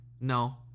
No